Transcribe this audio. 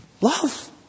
Love